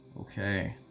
Okay